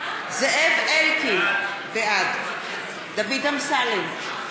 זאב אלקין, בעד דוד אמסלם,